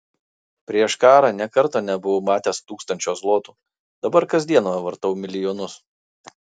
prieš karą nė karto nebuvau matęs tūkstančio zlotų dabar kasdien vartau milijonus